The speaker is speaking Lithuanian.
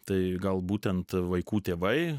tai gal būtent vaikų tėvai